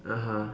(uh huh)